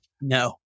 No